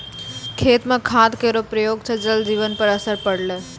खेत म खाद केरो प्रयोग सँ जल जीवन पर असर पड़लै